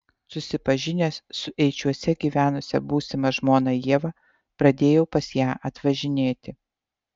susipažinęs su eičiuose gyvenusia būsima žmona ieva pradėjau pas ją atvažinėti